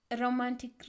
romantic